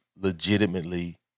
legitimately